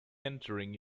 entering